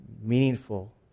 meaningful